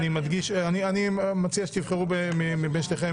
להצעה יש שני חלקים.